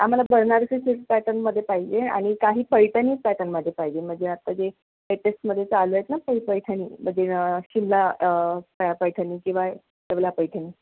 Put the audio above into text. आम्हाला कर्नाटकी सिल्क पॅटर्नमध्ये पाहिजे आणि काही पैठणी पॅटर्नमध्ये पाहिजे मजे आता जे लेटेस्टमध्ये चालू आहेत ना ते पैठणी ते मजे सिमला पैठणी किंवा येवला पैठणी